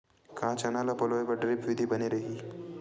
का चना ल पलोय बर ड्रिप विधी बने रही?